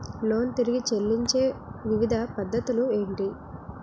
Loan తిరిగి చెల్లించే వివిధ పద్ధతులు ఏంటి?